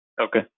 Okay